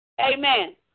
Amen